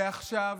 ועכשיו,